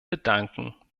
bedanken